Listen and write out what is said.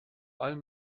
allem